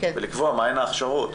ולקבוע מה הן ההכשרות,